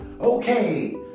Okay